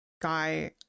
guy